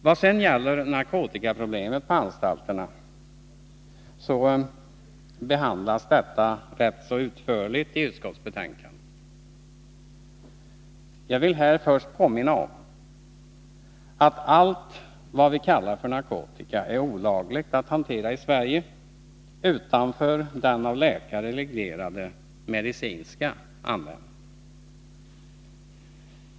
Vad sedan gäller narkotikaproblemet på anstalterna så behandlas detta rätt utförligt i utskottsbetänkandet. Jag vill här först påminna om att allt vad vi kallar för narkotika är olagligt att hantera i Sverige utanför den av läkare reglerade medicinska användningen.